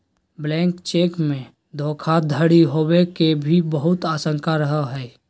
blank cheque मे धोखाधडी होवे के भी बहुत आशंका रहो हय